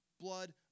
blood